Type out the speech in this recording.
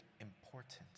important